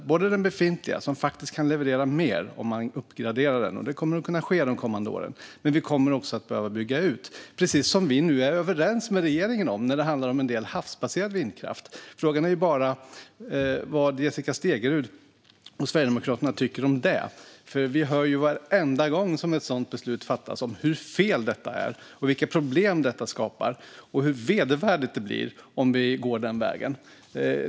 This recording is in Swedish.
Det handlar om den befintliga vindkraften som faktiskt kan leverera mer om man uppgraderar den, vilket kommer att kunna ske de kommande åren, men vi kommer också att behöva bygga ut - vilket vi nu är överens med regeringen om när det gäller en del havsbaserad vindkraft. Frågan är bara vad Jessica Stegrud och Sverigedemokraterna tycker om detta, för vi hör ju varenda gång ett sådant beslut fattas hur fel det är, vilka problem det skapar och hur vedervärdigt det blir om vi går den vägen.